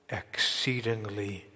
exceedingly